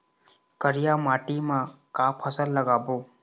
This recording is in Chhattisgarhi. करिया माटी म का फसल लगाबो?